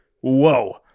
whoa